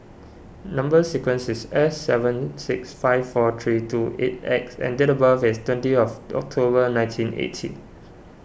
Number Sequence is S seven six five four three two eight X and date of birth is twenty of October nineteen eighty